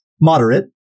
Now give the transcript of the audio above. moderate